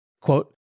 Quote